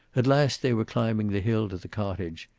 at last they were climbing the hill to the cottage,